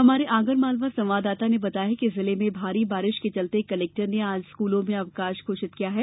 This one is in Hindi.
हमारे आगरमालवा संवाददाता ने बताया है कि जिले में भारी बारिश के चलते कलेक्टर ने आज स्कूलों में अवकाश घोषित किया है